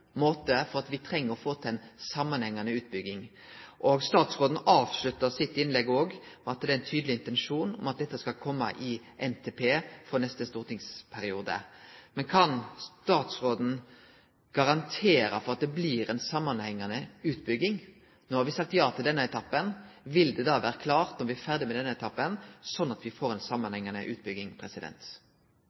måte gjere greie for at me treng å få til ei samanhengande utbygging. Statsråden avslutta sitt innlegg med at det er ein tydeleg intensjon at det skal kome i NTP for neste stortingsperiode. Men kan statsråden garantere for at det blir ei samanhengande utbygging? No har me sagt ja til denne etappen – vil det vere klart når vi er ferdige med denne etappen, sånn at me får ei samanhengande utbygging?